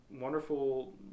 wonderful